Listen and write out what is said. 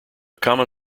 common